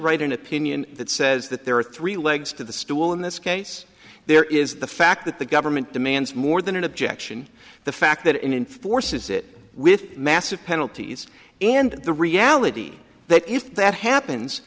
write an opinion that says that there are three legs to the stool in this case there is the fact that the government demands more than an objection the fact that enforces it with massive penalties and the reality that if that happens